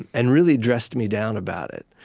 and really dressed me down about it.